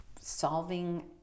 solving